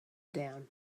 down